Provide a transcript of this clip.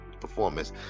performance